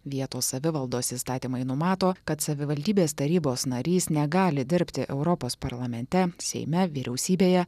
vietos savivaldos įstatymai numato kad savivaldybės tarybos narys negali dirbti europos parlamente seime vyriausybėje